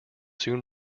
soon